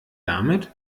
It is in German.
damit